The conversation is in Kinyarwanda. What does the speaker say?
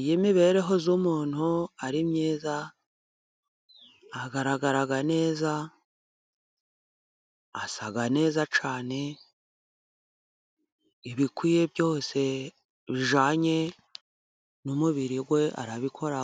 Iyo mibereho y'umuntu ari myiza agaragara neza, asaga neza cyane, ibikwiye byose bijyanye n'umubiri we arabikora,